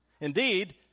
Indeed